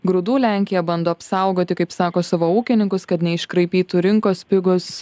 grūdų lenkija bando apsaugoti kaip sako savo ūkininkus kad neiškraipytų rinkos pigūs